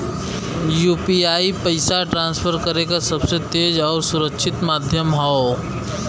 UPI पइसा transfer करे क सबसे तेज आउर सुरक्षित माध्यम हौ